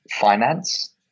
finance